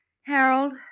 Harold